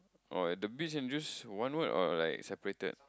or at the beach and juice one word or like separated